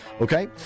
Okay